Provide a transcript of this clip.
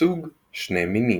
בסוג שני מינים.